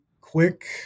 quick